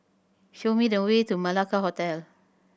show me the way to Malacca Hotel